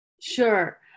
Sure